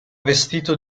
vestito